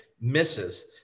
misses